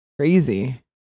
crazy